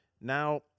Now